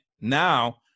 Now